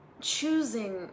choosing